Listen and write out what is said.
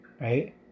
right